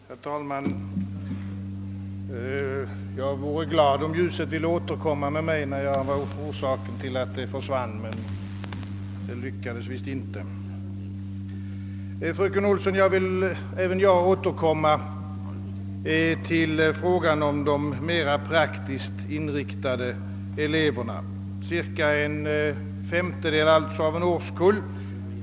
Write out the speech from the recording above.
Herr talman! Jag vore glad om ljuset ville återvända med mig, eftersom det försvann med mig, men det gör det tydligen inte. Fröken Olsson, även jag vill återkomma till frågan om de mer praktiskt inriktade eleverna, d. v. s. cirka en femtedel av en årskull.